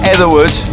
Etherwood